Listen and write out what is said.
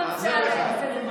מנסור.